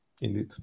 Indeed